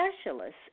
specialists